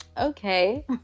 okay